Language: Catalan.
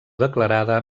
declarada